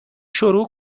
شروع